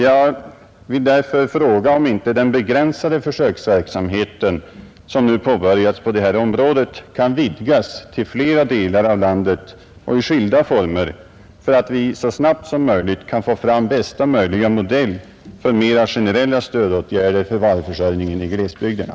Jag vill därför fråga om inte den begränsade försöksverksamhet som nu har påbörjats på detta område kan vidgas till flera delar av landet och bedrivas i skilda former, så att vi så snabbt som möjligt får fram bästa möjliga modell för mera generella stödåtgärder för varuförsörjningen i glesbygderna.